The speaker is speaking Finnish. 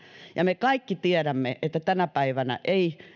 ja me kaikki tiedämme että tänä päivänä ei